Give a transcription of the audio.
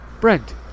Brent